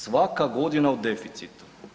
Svaka godina u deficitu.